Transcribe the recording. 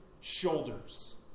shoulders